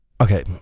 Okay